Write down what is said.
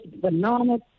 bananas